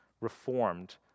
reformed